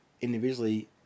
individually